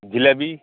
jalebi